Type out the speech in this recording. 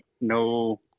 No